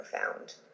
profound